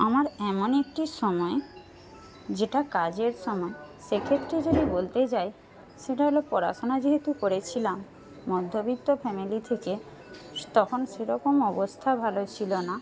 আমার এমন একটি সময় যেটা কাজের সময় সে ক্ষেত্রে যদি বলতে যাই সেটা হল পড়াশোনা যেহেতু করেছিলাম মধ্যবিত্ত ফ্যামিলি থেকে তখন সেরকম অবস্থা ভালো ছিল না